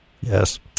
Yes